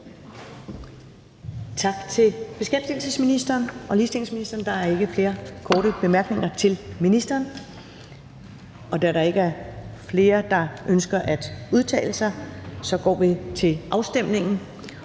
Tak til beskæftigelses- og ligestillingsministeren. Der er ikke flere korte bemærkninger til ministeren. Da der ikke er flere, der ønsker at udtale sig, går vi til afstemning.